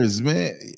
man